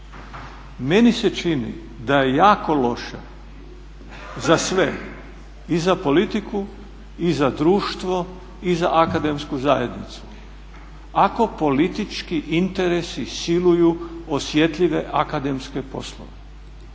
meni se čini da je jako loše za sve, i za politiku i za društvo i za akademsku zajednicu ako politički interesi siluju osjetljive akademske poslove,